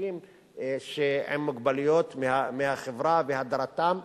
אנשים עם מוגבלויות מהחברה והדרתם.